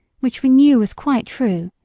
which we knew was quite true,